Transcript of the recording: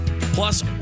Plus